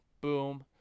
boom